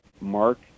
mark